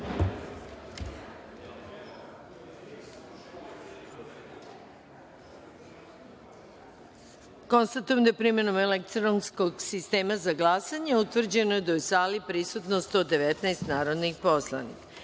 jedinice. Konstatujem da je, primenom elektronskog sistema za glasanje, utvrđeno da je u sali prisutno 119 narodni poslanik